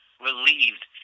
relieved